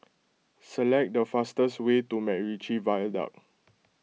select the fastest way to MacRitchie Viaduct